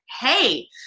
hey